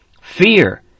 Fear